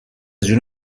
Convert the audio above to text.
جون